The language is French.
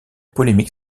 polémique